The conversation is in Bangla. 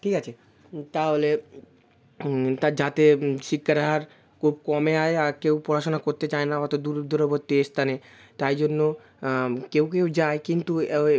ঠিক আছে তাহলে তার যাতে শিক্ষার হার খুব কমে যায় আর কেউ পড়াশুনা করতে চায় না অত দূর দূরবর্তী স্থানে তাই জন্য কেউ কেউ যায় কিন্তু ওই